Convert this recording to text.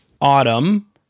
autumn